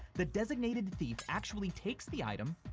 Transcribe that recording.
the designated thief actually takes the item,